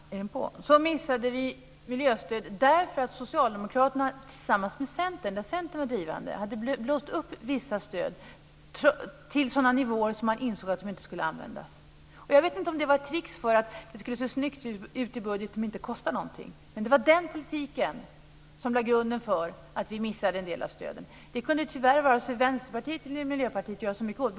Fru talman! Vi missade miljöstödet därför att Socialdemokraterna tillsammans med Centern, när Centern var drivande, hade blåst upp vissa stöd till sådana nivåer att man insåg att de inte skulle användas. Jag vet inte om det var ett tricks för att det skulle se snyggt ut i budgeten om det inte kostade någonting. Men det var den politiken som lade grunden för att vi missade en del av stöden. Det kunde tyvärr varken Vänsterpartiet eller Miljöpartiet göra så mycket åt.